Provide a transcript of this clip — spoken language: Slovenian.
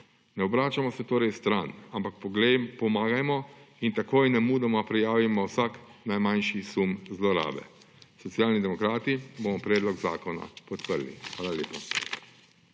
Ne obračajmo se torej stran, ampak pomagajmo in takoj, nemudoma prijavimo vsak najmanjši sum zlorabe. Socialni demokrati bomo predlog zakona podprli. Hvala lepa.